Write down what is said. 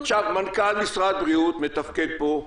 מנכ"ל משרד הבריאות מתפקד פה,